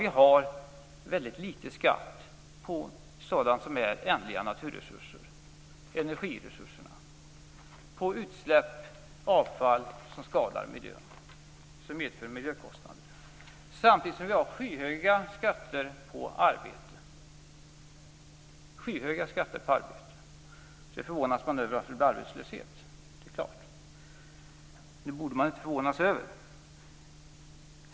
Vi har en väldigt låg skatt på ändliga naturresurser, på energiresurser och på utsläpp och avfall som skadar miljön och medför miljökostnader. Samtidigt har vi skyhöga skatter på arbete. Sedan förvånas man över att det blir arbetslöshet! Det borde man inte bli förvånad över.